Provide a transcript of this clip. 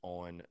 on